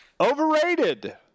Overrated